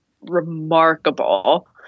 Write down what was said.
remarkable